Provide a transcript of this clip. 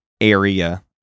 area